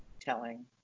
Telling